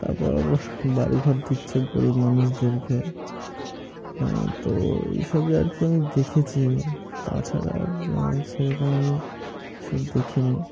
তারপর বাড়িঘর দিচ্ছে গরিব মানুষদেরকে আ্যা তো এইসবই আর কি আমি দেখেছি তাছাড়া সেরকম আমি কিছু দেখিনি